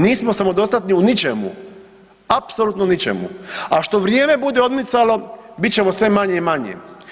Nismo samodostatni u ničemu, apsolutno u ničemu a što vrijeme bude odmicalo, bit ćemo sve manje i manje.